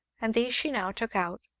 and these she now took out,